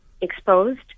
exposed